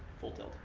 full tilt.